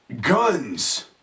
guns